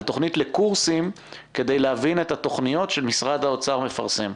על תוכנית לקורסים כדי להבין את התוכניות שמשרד האוצר מפרסם,